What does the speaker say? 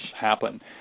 happen